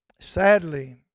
Sadly